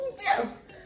yes